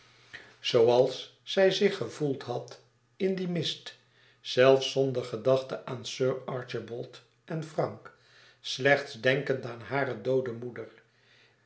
zooals zij zich gevoeld had in dien mist zelfs zonder gedachte aan sir archibald en frank slechts denkend aan hare doode moeder